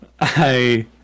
I-